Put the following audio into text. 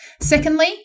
Secondly